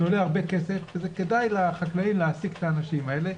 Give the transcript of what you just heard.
זה עולה הרבה כסף וזה כדאי לחקלאי להעסיק את האנשים האלה,